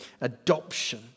adoption